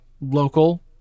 local